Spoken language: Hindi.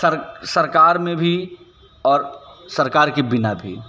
सर सरकार में भी और सरकार के बिना भी